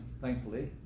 thankfully